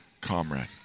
comrade